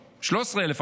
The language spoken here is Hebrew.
13,000,